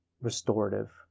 restorative